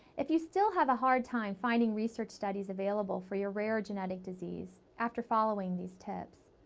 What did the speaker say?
if you still have a hard time finding research studies available for your rare or genetic disease after following these tips,